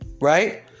right